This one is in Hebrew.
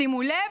שימו לב,